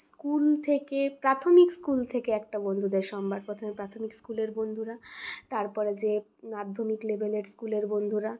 school থেকে প্রাথমিক school থেকে একটা বন্ধুদের সম্ভার প্রথমে প্রাথমিক স্কুলের বন্ধুরা তারপরে যে মাধ্যমিক লেভেলের স্কুলের বন্ধুরা